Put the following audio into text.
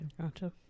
Gotcha